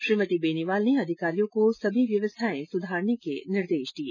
श्रीमती बेनीवाल ने अधिकारियों को सभी व्यवस्थाएं सुधारने के निर्देश दिए